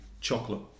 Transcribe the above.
chocolate